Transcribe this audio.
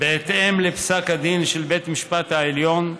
בהתאם לפסק הדין של בית המשפט העליון,